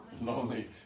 Lonely